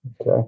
Okay